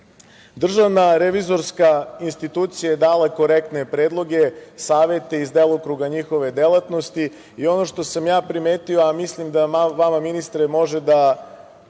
završi. Državna revizorska institucija je dala korektne predloge, savete iz delokruga njihove delatnosti i ono što sam ja primetio, a mislim da vama ministre može da